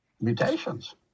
mutations